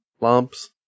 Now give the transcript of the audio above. lumps